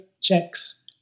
checks